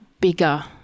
bigger